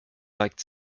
neigt